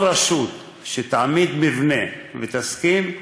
כל רשות שתעמיד מבנה ותסכים,